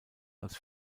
als